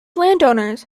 landowners